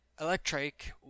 electric